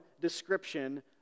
description